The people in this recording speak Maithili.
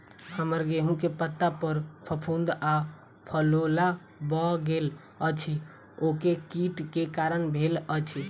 हम्मर गेंहूँ केँ पत्ता पर फफूंद आ फफोला भऽ गेल अछि, ओ केँ कीट केँ कारण भेल अछि?